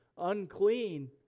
unclean